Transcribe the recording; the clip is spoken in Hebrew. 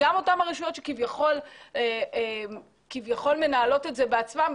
גם הרשויות שכביכול מנהלות את זה בעצמן,